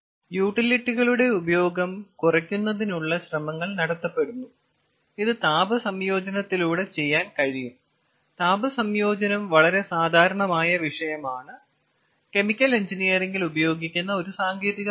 യൂട്ടിലിറ്റികളുടെ ഉപയോഗം കുറയ്ക്കുന്നതിനുള്ള ശ്രമങ്ങൾ നടത്തപ്പെടുന്നു ഇത് താപ സംയോജനത്തിലൂടെ ചെയ്യാൻ കഴിയും താപ സംയോജനം വളരെ സാധാരണമായ വിഷയമാണ് കെമിക്കൽ എഞ്ചിനീയറിംഗിൽ ഉപയോഗിക്കുന്ന ഒരു സാങ്കേതിക പദം